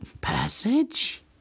passage